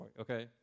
okay